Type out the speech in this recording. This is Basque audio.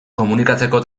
komunikatzeko